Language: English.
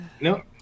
no